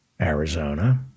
Arizona